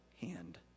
hand